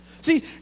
See